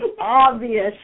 obvious